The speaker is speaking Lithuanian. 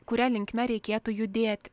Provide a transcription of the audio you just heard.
kuria linkme reikėtų judėti